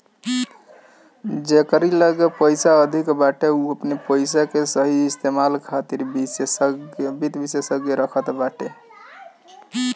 जेकरी लगे अधिक पईसा बाटे उ अपनी पईसा के सही इस्तेमाल खातिर वित्त विशेषज्ञ रखत बाटे